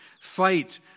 Fight